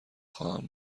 خواهم